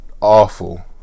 awful